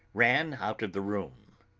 ran out of the room.